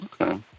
okay